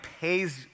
pays